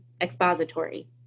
expository